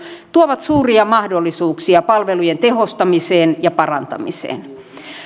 tuovat suuria mahdollisuuksia palvelujen tehostamiseen ja parantamiseen